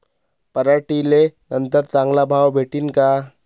पराटीले नंतर चांगला भाव भेटीन का?